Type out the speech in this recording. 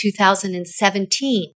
2017